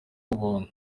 ubuntu